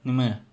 nevermind ah